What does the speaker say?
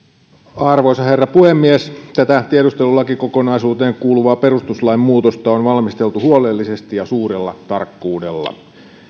arvoisa herra puhemies tätä tiedustelulakikokonaisuuteen kuuluvaa perustuslain muutosta on valmisteltu huolellisesti ja suurella tarkkuudella